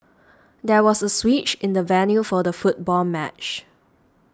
there was a switch in the venue for the football match